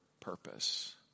purpose